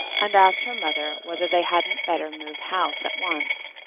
and asked her mother whether they hadn't better move house at once.